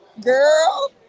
girl